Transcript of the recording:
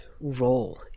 role